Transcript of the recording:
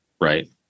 Right